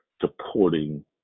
supporting